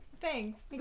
Thanks